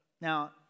Now